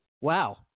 Wow